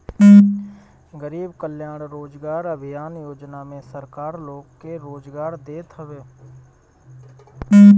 गरीब कल्याण रोजगार अभियान योजना में सरकार लोग के रोजगार देत हवे